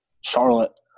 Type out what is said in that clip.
Charlotte